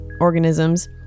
organisms